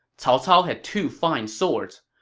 cao cao had two fine swords.